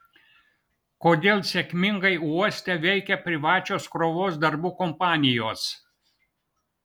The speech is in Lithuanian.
kodėl sėkmingai uoste veikia privačios krovos darbų kompanijos